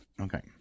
okay